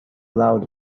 loud